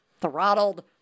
throttled